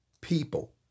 people